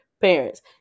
parents